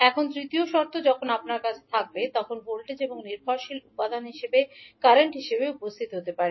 এখন তৃতীয় শর্ত যখন আপনার কাছে থাকবে তখন ভোল্টেজ এবং নির্ভরশীল উপাদান হিসাবে কারেন্ট হিসাবে উপস্থিত হতে পারে